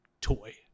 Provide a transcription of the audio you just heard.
toy